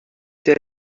dès